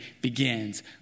begins